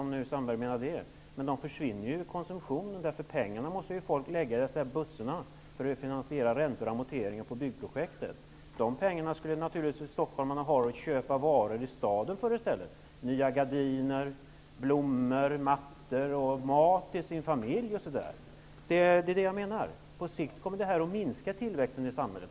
Men pengarna försvinner ju från konsumtionen, därför att folk måste lägga pengarna i bössorna vid vägtullarna för att finansiera räntor och amorteringar på byggprojektet. De pengarna borde stockholmarna naturligtvis få använda för att köpa varor i stället, t.ex. nya gardiner, blommor, mattor och mat till familjen. På sikt kommer projektet att minska tillväxten i samhället.